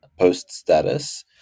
PostStatus